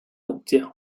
武将